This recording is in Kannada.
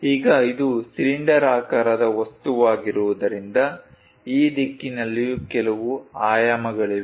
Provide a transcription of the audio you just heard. ಈಗ ಇದು ಸಿಲಿಂಡರಾಕಾರದ ವಸ್ತುವಾಗಿರುವುದರಿಂದ ಈ ದಿಕ್ಕಿನಲ್ಲಿಯೂ ಕೆಲವು ಆಯಾಮಗಳಿವೆ